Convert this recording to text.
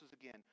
again